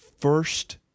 first